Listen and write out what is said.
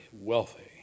wealthy